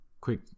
quick